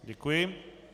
Děkuji.